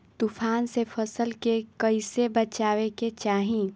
तुफान से फसल के कइसे बचावे के चाहीं?